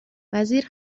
وزیر